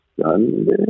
Sunday